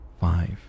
Five